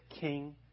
king